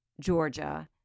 Georgia